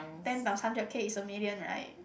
ten times hundred K is a million right